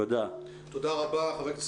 תודה רבה.